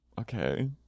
okay